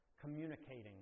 communicating